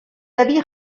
avis